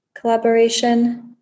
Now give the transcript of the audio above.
collaboration